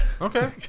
Okay